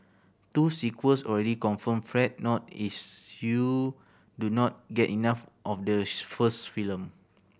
two sequels already confirmed Fret not is you do not get enough of the first film